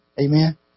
Amen